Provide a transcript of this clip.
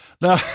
Now